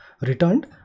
returned